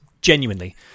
genuinely